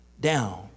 down